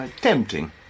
tempting